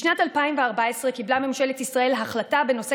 בשנת 2014 קיבלה ממשלת ישראל החלטה בנושא